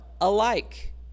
alike